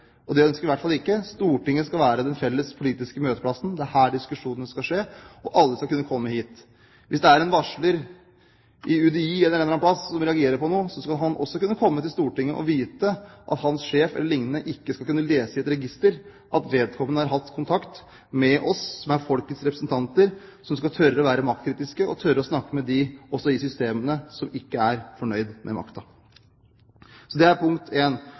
Det ønsker vi i hvert fall ikke. Stortinget skal være den felles politiske møteplassen. Det er her diskusjonene skal skje, og alle skal kunne komme hit. Hvis det er en varsler i UDI eller en eller annen plass som reagerer på noe, skal han også kunne komme til Stortinget og vite at hans sjef e.l. ikke skal kunne lese i et register at vedkommende har hatt kontakt med oss som er folkets representanter, og som skal tørre å være maktkritiske og tørre å snakke også med dem i systemene som ikke er fornøyd med makta. Det var punkt